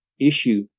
issue